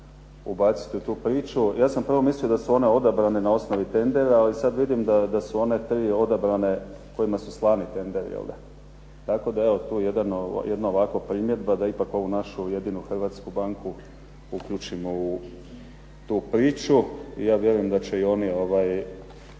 ubaciti u tu priču. Ja sam prvo mislio da su one odabrane na osnovi tendera, ali sada vidim da su one tri odabrane kojima su slani tenderi, jel da. Tako da tu jedna ovako primjedba da ipak ovu našu jedinu hrvatsku banku uključimo u tu priču. Ja vjerujem da će i oni s